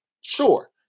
Sure